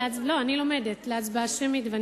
להצבעה שמית.